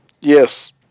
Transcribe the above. Yes